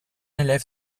élève